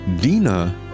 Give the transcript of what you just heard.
Dina